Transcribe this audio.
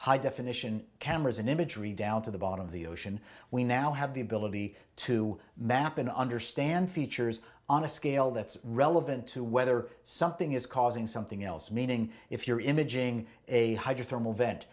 high definition cameras and imagery down to the bottom of the ocean we now have the ability to map and understand features on a scale that's relevant to whether something is causing something else meaning if you're imaging a